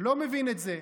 לא מבין את זה.